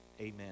Amen